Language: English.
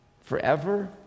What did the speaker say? forever